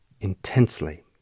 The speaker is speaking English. intensely